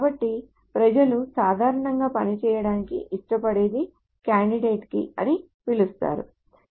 కాబట్టి ప్రజలు సాధారణంగా పనిచేయడానికి ఇష్టపడేది కాండిడేట్ కీ అని పిలుస్తారు